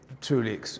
truly